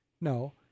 no